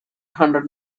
hundred